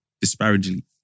disparagingly